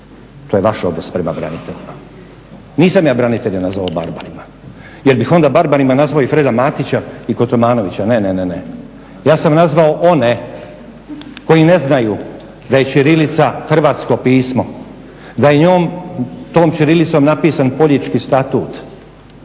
to je vaš odnos prema braniteljima. Nisam ja branitelje nazvao barbarima jer bih onda barbarima nazvao i Freda Matića i Kotromanovića. Ne, ne, ne, ne, ja sam nazvao one koji ne znaju da je ćirilica hrvatsko pismo, da je njom, tom ćirilicom napisan Poljički statut,